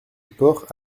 port